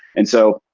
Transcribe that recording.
and so